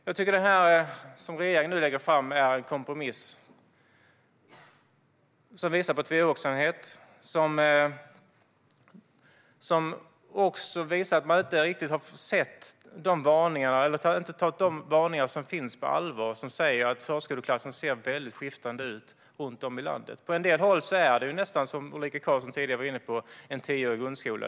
Jag tycker att det som regeringen nu lägger fram är en kompromiss som visar på tvehågsenhet och som visar att regeringen inte riktigt har tagit varningarna på allvar - de varningar som säger att förskoleklassen ser väldigt skiftande ut runt om i landet. På en del håll är det nästan, som Ulrika Carlsson tidigare var inne på, en tioårig grundskola.